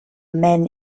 men